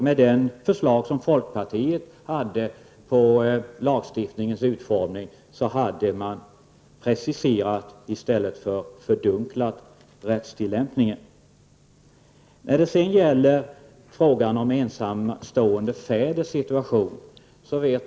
Med det förslag som folkpartiet hade till lagstiftningens utformning hade man preciserat i stället för att fördunkla rättstillämpningen. Jag vet att Kaj Larsson känner djupt för ensamstående fäders situation.